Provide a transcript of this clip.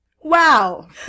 wow